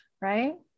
right